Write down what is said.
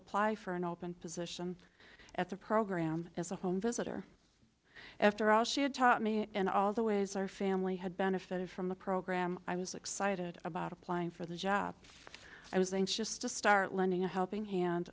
apply for an open position at the program as a home visitor after all she had taught me and all the ways our family had benefited from the program i was excited about applying for the job i was anxious to start lending a helping hand